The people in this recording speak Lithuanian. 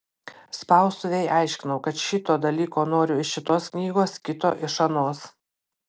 spaustuvei aiškinau kad šito dalyko noriu iš šitos knygos kito iš anos